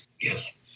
Yes